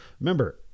Remember